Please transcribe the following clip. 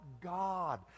God